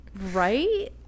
Right